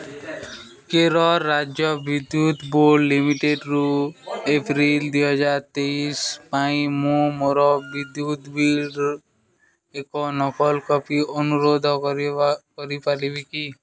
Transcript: କେରଳ ରାଜ୍ୟ ବିଦ୍ୟୁତ ବୋର୍ଡ଼ ଲିମିଟେଡ଼୍ରୁ ଏପ୍ରିଲ ଦୁଇ ହଜାର ତେଇଶ ପାଇଁ ମୁଁ ମୋର ବିଦ୍ୟୁତ ବିଲ୍ର ଏକ ନକଲ କପି ଅନୁରୋଧ କରିପାରିବି କି